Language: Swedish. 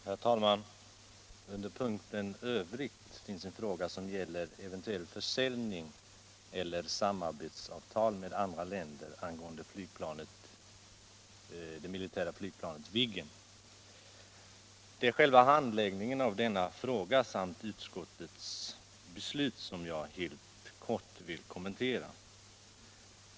| Herr talman! Under punkten Övriga frågor finns ett moment som gäller eventuell försäljning av det militära flygplanet Viggen och samarbetsavtal | med andra länder i detta sammanhang. Det är själva handläggningen | av denna fråga samt utskottets beslut som jag helt kort vill kommentera.